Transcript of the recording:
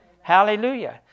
Hallelujah